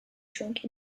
drunk